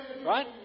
right